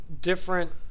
different